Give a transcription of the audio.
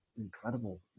incredible